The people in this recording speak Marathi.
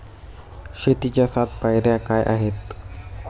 शेतीच्या सात पायऱ्या काय आहेत?